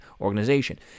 Organization